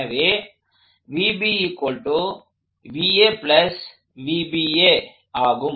எனவே ஆகும்